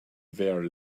there